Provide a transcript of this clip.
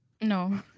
No